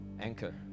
Anchor